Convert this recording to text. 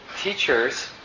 teachers